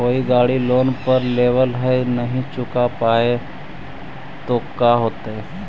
कोई गाड़ी लोन पर लेबल है नही चुका पाए तो का होतई?